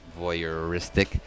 voyeuristic